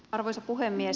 arvoisa puhemies